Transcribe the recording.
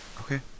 Okay